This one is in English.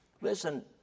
Listen